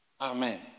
Amen